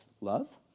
love